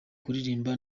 kuririmba